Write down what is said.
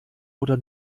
oder